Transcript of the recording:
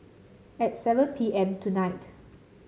at seven P M tonight